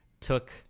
took